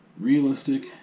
realistic